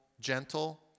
gentle